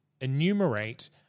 enumerate